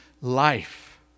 life